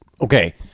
okay